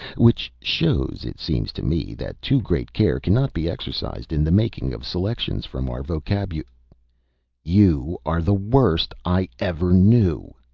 which shows, it seems to me, that too great care cannot be exercised in the making of selections from our vocabu you are the worst i ever knew!